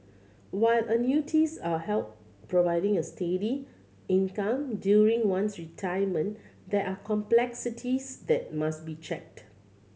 while annuities are help providing a steady income during one's retirement there are complexities that must be checked